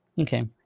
Okay